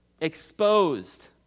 Exposed